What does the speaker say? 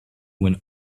when